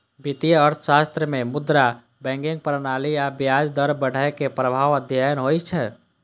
वित्तीय अर्थशास्त्र मे मुद्रा, बैंकिंग प्रणाली आ ब्याज दर बढ़ै के प्रभाव अध्ययन होइ छै